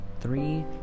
three